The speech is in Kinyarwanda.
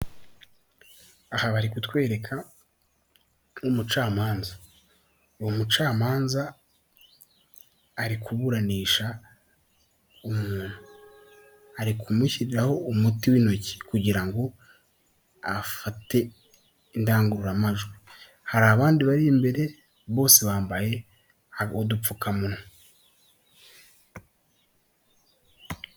Aha bari kutwereka umucamanza, uwo mucamanza ari kuburanisha umuntu, ari kumushyiriraho umuti w'intoki kugira ngo afate indangururamajwi, hari abandi bari imbere bose bambaye udupfukamunwa.